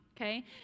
Okay